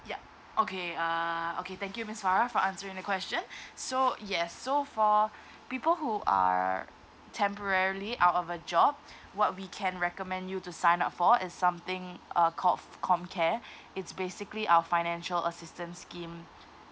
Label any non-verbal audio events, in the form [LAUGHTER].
yup okay uh okay thank you miss farah for answering the question [BREATH] so yes so for people who are temporarily out of a job what we can recommend you to sign up for is something uh called comcare it's basically our financial assistance scheme